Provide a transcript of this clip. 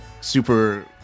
super